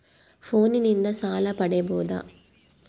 ಫೋನಿನಿಂದ ಸಾಲ ಪಡೇಬೋದ?